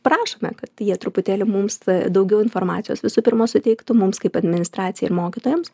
prašome kad jie truputėlį mums daugiau informacijos visų pirma suteiktų mums kaip administracijai ir mokytojams